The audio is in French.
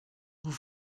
vous